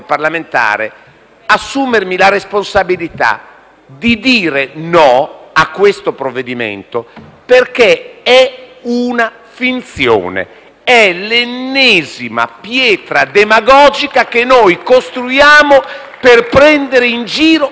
assumermi la responsabilità di dire no a questo provvedimento, perché è una finzione. È l'ennesima pietra demagogica che noi costruiamo per prendere in giro la gente.